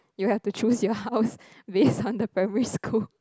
you have to choose your house based on the primary school